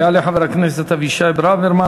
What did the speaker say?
יעלה חבר הכנסת אבישי ברוורמן,